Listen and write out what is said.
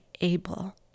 able